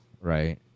right